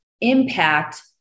impact